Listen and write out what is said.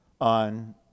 on